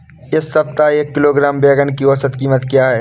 इस सप्ताह में एक किलोग्राम बैंगन की औसत क़ीमत क्या है?